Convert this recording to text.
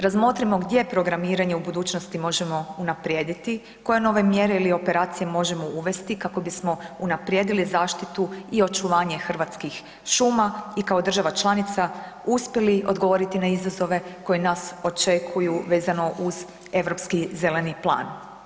Razmotrimo gdje programiranje u budućnosti možemo unaprijediti, koje nove mjere ili operacije možemo uvesti kako bismo unaprijedili zaštitu i očuvanje hrvatskih šuma i kao država članica uspjeli odgovoriti na izazove koji nas očekuju vezano uz europski zeleni plan.